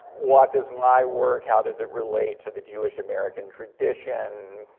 what does my work, how does it relate to the jewish american tradition?